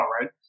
right